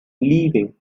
leaving